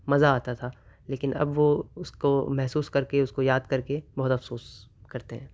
مزہ آتا تھا لیکن اب وہ اس کو محسوس کر کے اس کو یاد کر کے بہت افسوس کرتے ہیں